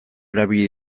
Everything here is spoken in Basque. erabili